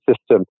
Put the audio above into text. system